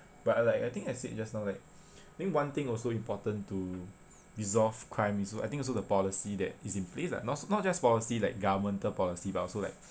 but I like I think I said just now like I think one thing also important to resolve crime is also I think also the policy that is in place lah not not just policy like governmental policy but also like